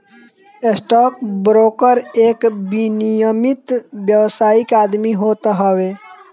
stock broker एगो विनियमित व्यावसायिक आदमी होत हवे